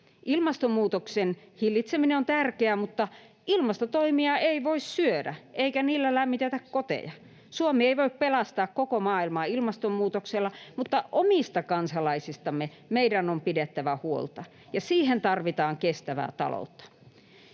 Ilmastonmuutoksen hillitseminen on tärkeää, mutta ilmastotoimia ei voi syödä, eikä niillä lämmitetä koteja. Suomi ei voi pelastaa koko maailmaa ilmastonmuutokselta, mutta omista kansalaisistamme meidän on pidettävä huolta. Ja siihen tarvitaan kestävää taloutta.